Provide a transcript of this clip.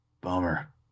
bummer